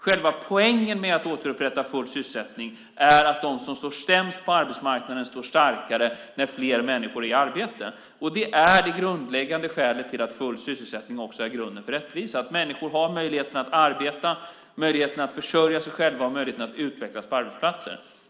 Själva poängen med att återupprätta full sysselsättning är att de som står sämst på arbetsmarknaden står starkare när fler människor är i arbete. Det är det grundläggande skälet till att full sysselsättning också är grunden till rättvisa - att människor har möjligheten att arbeta, möjligheten att försörja sig själva och möjligheten att utvecklas på arbetsplatsen.